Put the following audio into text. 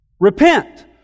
Repent